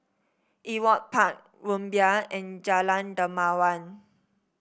Ewart Park Rumbia and Jalan Dermawan